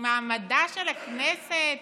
מעמדה של הכנסת